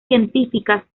científicas